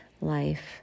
life